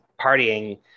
partying